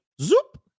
Zoop